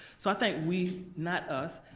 so i think we, not us,